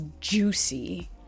juicy